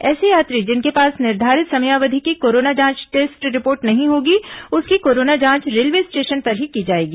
ऐसे यात्री जिनके पास निर्धारित समयावधि की कोरोना जांच टेस्ट रिपोर्ट नहीं होगी उसकी कोरोना जांच रेलवे स्टेशन पर ही की जाएगी